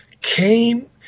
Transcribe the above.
came